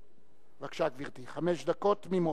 בבקשה, גברתי, חמש דקות תמימות.